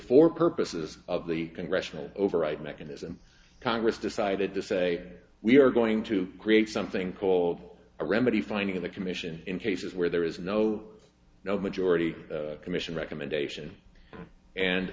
for purposes of the congressional override mechanism congress decided to say we are going to create something called a remedy finding in the commission in cases where there is no no majority commission recommendation and